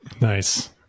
nice